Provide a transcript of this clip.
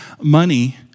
Money